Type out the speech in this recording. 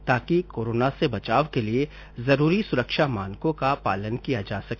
ताकि कोरोना से बचाव के लिए जरूरी सुरक्षा मानकों का पालन किया जा सके